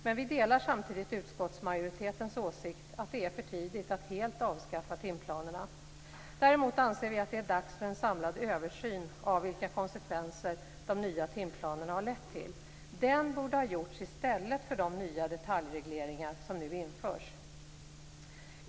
Men vi delar samtidigt utskottsmajoritetens åsikt att det är för tidigt att helt avskaffa timplanerna. Däremot anser vi att det är dags för en samlad översyn av vilka konsekvenser de nya timplanerna fått. Den borde ha gjorts i stället för de nya detaljregleringar som nu införs.